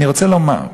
אני רוצה לומר,